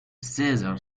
cesar